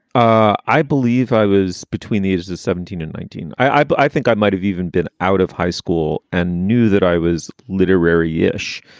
i i believe i was between the ages of seventeen and nineteen. i but i think i might have even been out of high school and knew that i was literary ish,